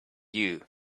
you